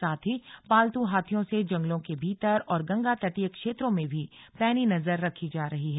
साथ ही पालतू हाथियों से जंगलों के भीतर और गंगा तटीय क्षेत्रों में भी पैनी नजर रखी जा रही है